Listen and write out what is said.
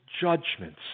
judgments